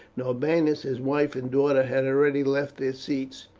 norbanus, his wife, and daughter had already left their seats,